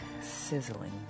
sizzling